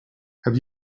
have